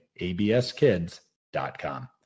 abskids.com